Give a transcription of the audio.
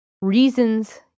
reasons